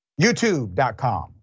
YouTube.com